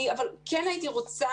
אני רוצה